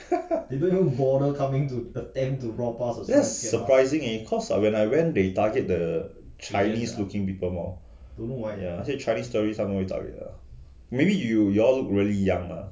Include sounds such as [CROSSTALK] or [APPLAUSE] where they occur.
[LAUGHS] 有点 surprising eh cause when I went they target the chinese looking people more ya 那些 chinese tourist 他们会 target 的 maybe you you all really young ah